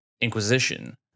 Inquisition